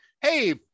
hey